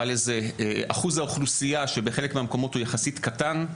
לזה אחוז האוכלוסייה שבחלק מהמקומות הוא יחסית קטן,